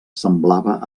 semblava